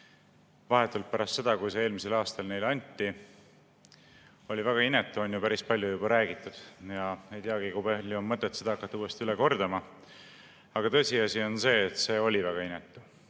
vahetult pärast seda, kui see eelmisel aastal neile oli antud, on ju päris palju juba räägitud. Ma ei teagi, kui palju on mõtet hakata seda üle kordama. Aga tõsiasi on see, et see oli väga inetu.